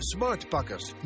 Smartpakkers